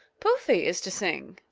puffi is to sing.